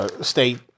state